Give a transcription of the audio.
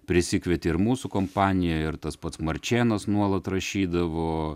prisikvietė ir mūsų kompaniją ir tas pats marčėnas nuolat rašydavo